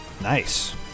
Nice